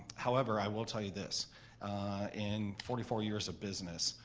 however i will tell you this in forty four years of business,